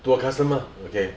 to a customer okay